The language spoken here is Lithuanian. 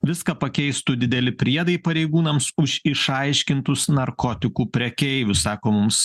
viską pakeistų dideli priedai pareigūnams už išaiškintus narkotikų prekeivius sako mums